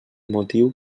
motiu